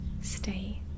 stay